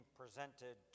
presented